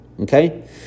okay